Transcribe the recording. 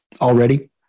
already